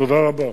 תודה רבה.